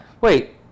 Wait